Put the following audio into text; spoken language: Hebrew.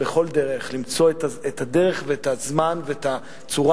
בכל דרך למצוא את הדרך ואת הזמן ואת הצורה